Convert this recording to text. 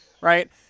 Right